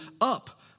Up